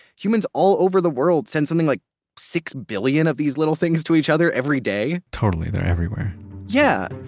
humans all over the world send something like six billion of these little things to each other every day totally, they're everywhere yeah.